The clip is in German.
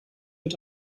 mit